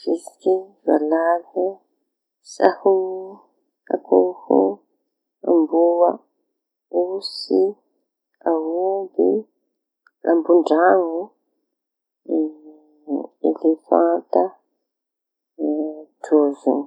Vitsiky, valaly, saho, akoho, amboa, osy, aomby lambondraño, elefanta, trozona.